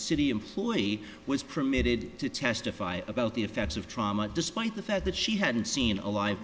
city employee was permitted to testify about the effects of trauma despite the fact that she hadn't seen a live